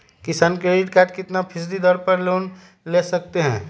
किसान credit card कितना फीसदी दर पर लोन ले सकते हैं?